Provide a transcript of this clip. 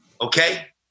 okay